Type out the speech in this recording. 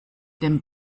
dem